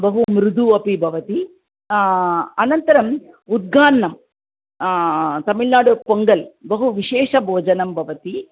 बहुमृदुः अपि भवति अनन्तरं मुद्गान्नं तमिळ्नाडु पोङ्गल् बहुविशेषभोजनं भवति